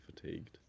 fatigued